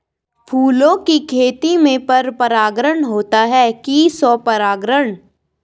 फूलों की खेती में पर परागण होता है कि स्वपरागण?